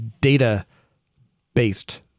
data-based